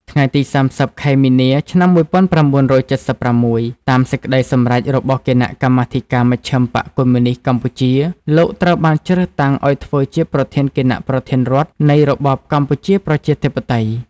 ថ្ងៃទី ៣០ ខែមីនា ឆ្នាំ ១៩៧៦ តាមសេចក្តីសម្រេចរបស់គណៈកម្មាធិការមជ្ឈិមបក្សកុម្មុយនីស្តកម្ពុជា លោក ត្រូវបានជ្រើសតាំងឱ្យធើ្វជាប្រធានគណៈប្រធានរដ្ឋនៃរបបកម្ពុជាប្រជាធិបតេយ្យ ។